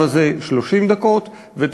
רק